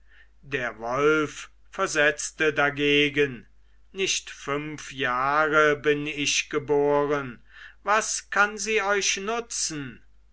der wolf versetzte dagegen nicht fünf jahre bin ich geboren was kann sie euch nutzen